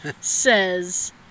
says